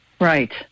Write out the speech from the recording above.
Right